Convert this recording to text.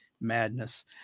Madness